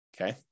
okay